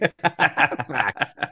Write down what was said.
Facts